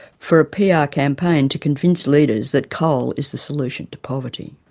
for a pr ah campaign to convince leaders that coal is the solution to poverty.